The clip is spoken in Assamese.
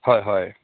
হয় হয়